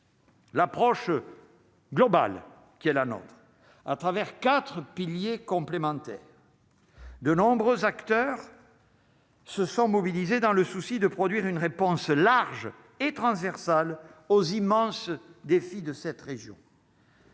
L'approche globale qui est la nôtre, à travers 4 piliers complémentaires de nombreux acteurs. Se sont mobilisés dans le souci de produire une réponse large et transversal aux immenses défis de cette région.